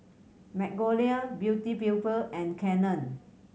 Magnolia Beauty People and Canon